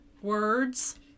words